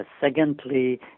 Secondly